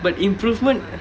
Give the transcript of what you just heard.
but improvement